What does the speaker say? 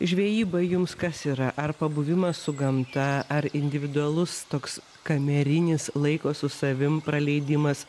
žvejyba jums kas yra ar pabuvimas su gamta ar individualus toks kamerinis laiko su savim praleidimas